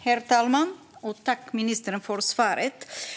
Herr talman! Jag tackar ministern för svaret.